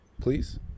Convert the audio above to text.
please